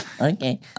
Okay